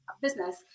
business